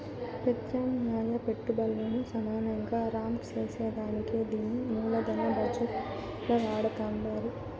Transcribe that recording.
పెత్యామ్నాయ పెట్టుబల్లను సమానంగా రాంక్ సేసేదానికే దీన్ని మూలదన బజెట్ ల వాడతండారు